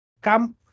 come